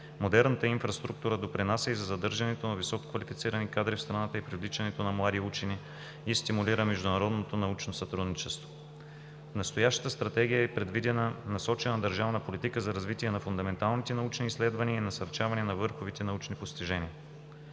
Модерната инфраструктура допринася и за задържането на висококвалифицирани кадри в страната и привличането на млади учени и стимулира международното научно сътрудничество. В настоящата Стратегия е предвидена насочена държавна политика за развитие на фундаменталните научни изследвания и насърчаване на върховите научни постижения.